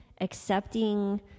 accepting